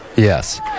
Yes